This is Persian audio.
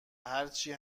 هرچی